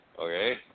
okay